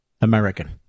american